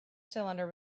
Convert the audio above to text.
cylinder